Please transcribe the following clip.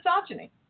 misogyny